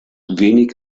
wenig